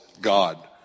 God